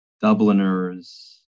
Dubliners